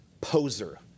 poser